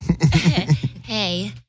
Hey